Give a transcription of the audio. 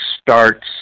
starts